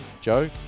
Joe